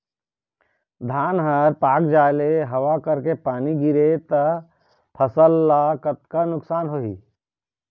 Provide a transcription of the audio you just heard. धान हर पाक जाय ले हवा करके पानी गिरे ले त फसल ला कतका नुकसान होही?